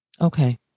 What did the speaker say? Okay